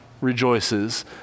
rejoices